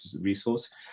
resource